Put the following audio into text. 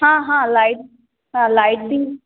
हाँ हाँ लाईट हाँ लाइट भी